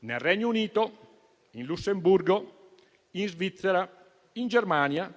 Nel Regno Unito, in Lussemburgo, in Svizzera, in Germania